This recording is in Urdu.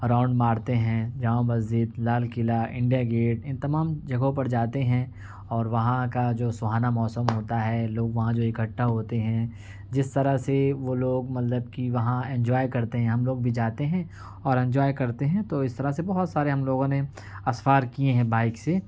راؤنڈ مارتے ہیں جامع مسجد لال قلعہ انڈیا گیٹ ان تمام جگہوں پر جاتے ہیں اور وہاں کا جو سہانا موسم ہوتا ہے لوگ وہاں جو اکھٹا ہوتے ہیں جس طرح سے وہ لوگ مطلب کہ وہاں انجوائے کرتے ہیں ہم لوگ بھی جاتے ہیں اور انجوائے کرتے ہیں تو اس طرح سے بہت سارے ہم لوگوں نے اسفار کیے ہیں بائک سے